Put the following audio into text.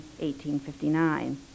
1859